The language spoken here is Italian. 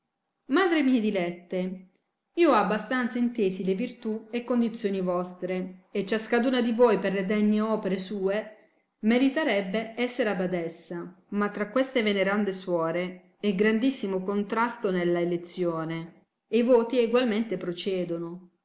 madre mie dilette io a bastanza intesi le virtù e condizioni vostre e ciascaduna di voi per le degne opere sue meritarebbe esser abadessa ma tra queste venerande suore è grandissimo contrasto nella elezzione e i voti egualmente prociedono